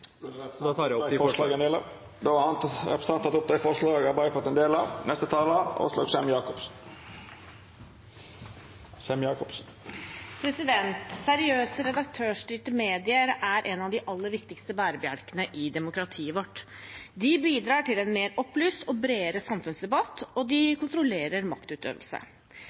tar opp de forslag Arbeiderpartiet har alene og sammen med andre. Representanten Trond Giske har teke opp dei forslaga han refererte til. Seriøse redaktørstyrte medier er en av de aller viktigste bærebjelkene i demokratiet vårt. De bidrar til en mer opplyst og bredere samfunnsdebatt, og de kontrollerer maktutøvelse.